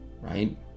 right